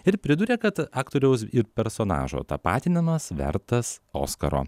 ir priduria kad aktoriaus ir personažo tapatinamas vertas oskaro